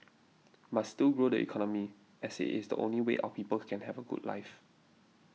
must still grow the economy as it is the only way our people can have a good life